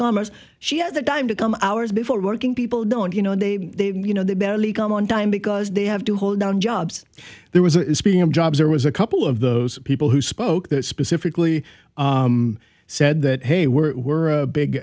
commerce she has a dime to come hours before working people don't you know they you know they barely come on time because they have to hold down jobs there was a speaking of jobs there was a couple of those people who spoke that specifically said that hey we're we're a big